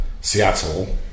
Seattle